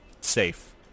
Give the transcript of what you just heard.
safe